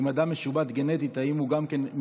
אם אדם משובט גנטית מכוהן,